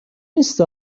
نیست